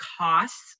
costs